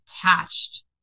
attached